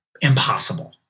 impossible